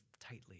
tightly